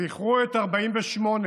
זכרו את 48',